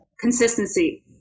Consistency